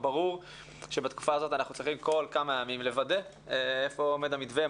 ברור שבתקופה הזאת אנחנו צריכים כל כמה ימים לוודא היכן עומד המתווה,